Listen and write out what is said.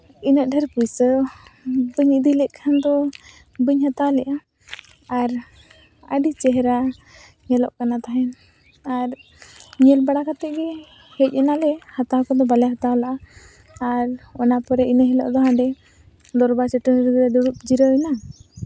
ᱤᱱᱟᱹᱜ ᱰᱷᱮᱨ ᱯᱩᱭᱥᱟᱹ ᱵᱟᱹᱧ ᱤᱫᱤ ᱞᱮᱫ ᱠᱷᱟᱱ ᱫᱚ ᱵᱟᱹᱧ ᱦᱟᱛᱟᱣ ᱞᱮᱜᱼᱟ ᱟᱨ ᱟᱹᱰᱤ ᱪᱮᱦᱨᱟ ᱧᱮᱞᱚᱜ ᱠᱟᱱᱟ ᱛᱟᱦᱮᱱ ᱟᱨ ᱧᱮᱞ ᱵᱟᱲᱟ ᱠᱟᱛᱮᱫ ᱜᱮ ᱦᱮᱡ ᱮᱱᱟᱞᱮ ᱦᱟᱛᱟᱣ ᱠᱚᱫᱚ ᱵᱟᱞᱮ ᱦᱟᱛᱟᱣ ᱞᱟᱜᱼᱟ ᱟᱨ ᱚᱱᱟ ᱯᱚᱨᱮ ᱤᱱᱟᱹ ᱦᱤᱞᱚᱜ ᱫᱚ ᱦᱟᱸᱰᱮ ᱫᱚᱨᱵᱟᱨ ᱪᱟᱹᱴᱟᱹᱱᱤ ᱨᱮᱞᱮ ᱫᱩᱲᱩᱵ ᱡᱤᱨᱟᱹᱣ ᱮᱱᱟ